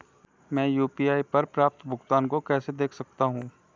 मैं यू.पी.आई पर प्राप्त भुगतान को कैसे देख सकता हूं?